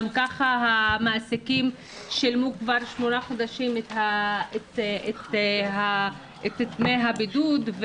גם ככה המעסיקים שילמו כבר שמונה חודשים את דמי הבידוד,